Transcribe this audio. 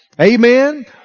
Amen